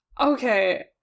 Okay